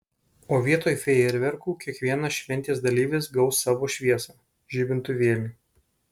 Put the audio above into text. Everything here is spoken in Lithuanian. o vietoj fejerverkų kiekvienas šventės dalyvis gaus savo šviesą žibintuvėlį